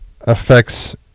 affects